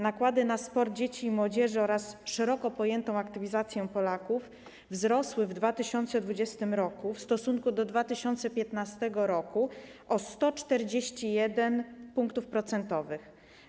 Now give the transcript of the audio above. Nakłady na sport dzieci i młodzieży oraz szeroko pojętą aktywizację Polaków wzrosły w 2020 r. w stosunku do 2015 r. o 141 punktów procentowych.